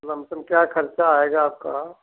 lump sum क्या ख़र्चा आएगा आपका